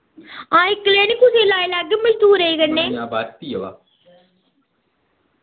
हां इक्कलै नी कुसे लाई लैगे मजदूरे कन्नै